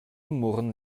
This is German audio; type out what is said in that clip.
murren